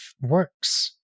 works